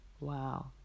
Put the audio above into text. Wow